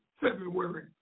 February